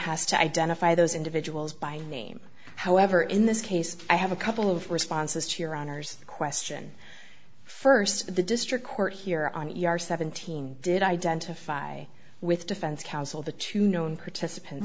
has to identify those individuals by name however in this case i have a couple of responses to your honor's question first the district court here on your seventeen did identify with defense counsel the two known participant